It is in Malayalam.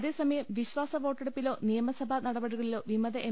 അതേസമയം വിശ്വാസവോട്ടെടുപ്പിലോ നിയമസഭാ നട പടികളിലോ വിമത എം